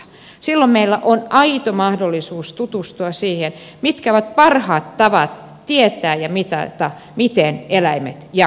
silloin meillä on aito mahdollisuus tutustua siihen mitkä ovat parhaat tavat tietää ja mitata miten eläimet jaksavat